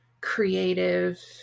creative